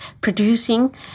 producing